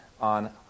on